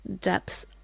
depths